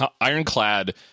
ironclad